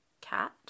Cat